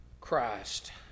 Christ